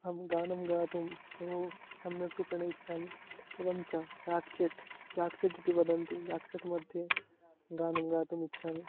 अहं गानं गातुं बहु सम्यक् रूपेण इच्छामि एवं च जाक्शिट् जाक्शिट् इति वदन्ति जाक्शिट्मध्ये गानं गातुम् इच्छामि